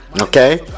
Okay